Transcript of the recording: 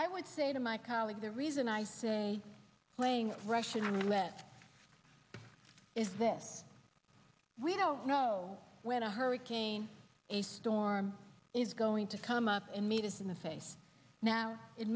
i would say to my colleagues the reason i say playing russian roulette is that we don't know when a hurricane or a storm is going to come up and meet us in the face now it